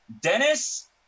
Dennis